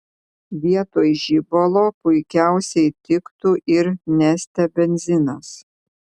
vietoj žibalo puikiausiai tiktų ir neste benzinas